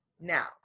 now